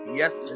yes